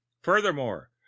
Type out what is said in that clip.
furthermore